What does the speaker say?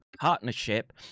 partnership